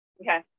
Okay